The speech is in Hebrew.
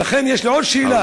ולכן יש לי עוד שאלה.